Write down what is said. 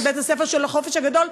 את בית-הספר של החופש הגדול,